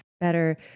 better